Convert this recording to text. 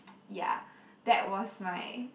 ya that was my